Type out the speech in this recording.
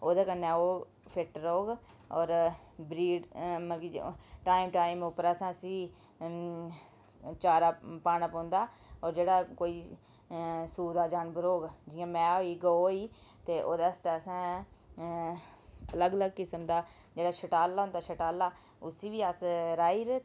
ओह्दे कन्नै ओह् फिट्ट रौह्ग होर मतलब टाईम टाईम उप्पर असें उसी चारा पाना पौंदा जेह्ड़े कोई सूऐ दा जानवर होग मैंह् होई ग होई ते ओह्दे आस्तै असें अलग अलग किस्म दा ओह् जेह्ड़ा शटाला होंदा शटाला उसी बी अस राहियै